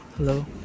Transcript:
Hello